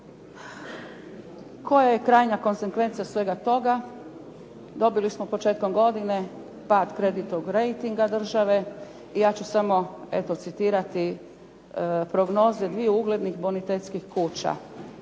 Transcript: Koja je krajnja konzekvenca svega toga? Dobili smo početkom godine pad kreditnog rejtinga države. I ja ću samo citirati prognoze dviju uglednih bonitetskih kuća.